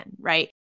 right